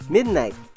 Midnight